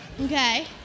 Okay